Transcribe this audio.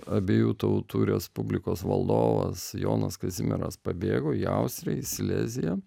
abiejų tautų respublikos valdovas jonas kazimieras pabėgo į austriją į sileziją